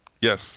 Yes